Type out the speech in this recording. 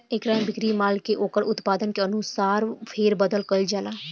एकरा में बिक्री माल के ओकर उत्पादन के अनुसार फेर बदल कईल जाला